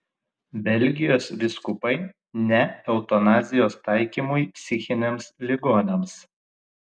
belgijos vyskupai ne eutanazijos taikymui psichiniams ligoniams